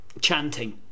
chanting